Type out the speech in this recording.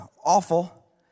awful